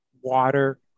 water